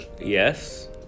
Yes